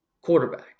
quarterback